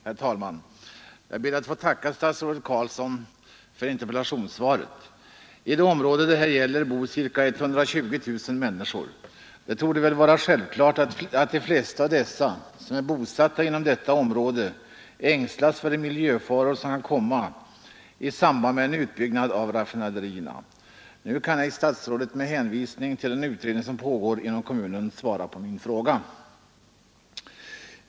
Herr talman! Jag ber att få tacka statsrådet Carlsson för interpellationssvaret. I det område det här gäller bor ca 120 000 människor. Det torde vara självklart att de flesta som är bosatta inom detta område ängslas för de miljöfaror som kan uppkomma i samband med en utbyggnad av raffinaderierna. Nu kan inte statsrådet, med hänvisning till den utredning som pågår inom kommunen, svara på min fråga.